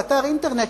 באתר אינטרנט,